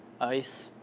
ice